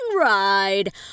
ride